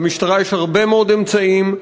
למשטרה יש הרבה מאוד אמצעים.